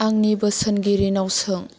आंनि बोसोनगिरिनाव सों